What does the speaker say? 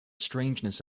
strangeness